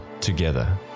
together